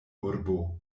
urbo